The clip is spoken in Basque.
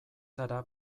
zara